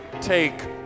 take